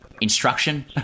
instruction